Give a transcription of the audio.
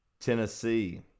Tennessee